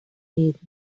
read